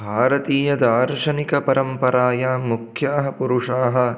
भारतीयदार्शनिकपरम्परायां मुख्याः पुरुषाः